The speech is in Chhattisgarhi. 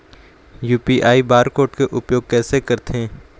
यू.पी.आई बार कोड के उपयोग कैसे करथें?